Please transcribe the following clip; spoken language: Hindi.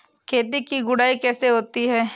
खेत की गुड़ाई कैसे होती हैं?